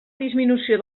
disminució